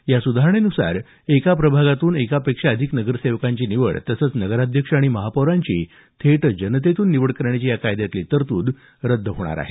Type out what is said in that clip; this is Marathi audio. या सुधारणेनुसार एका प्रभागातून एकापेक्षा अधिक नगरसेवकांची निवड तसंच नगराध्यक्ष आणि महापौरांची थेट जनतेतून निवड करण्याची या कायद्यातली तरतूद रद्द होणार आहे